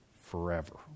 forever